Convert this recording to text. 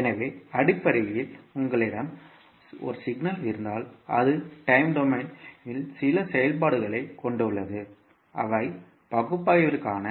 எனவே அடிப்படையில் உங்களிடம் சமிக்ஞை இருந்தால் அது டைம் டொமைனில் சில செயல்பாடுகளைக் கொண்டுள்ளது அவை பகுப்பாய்விற்கான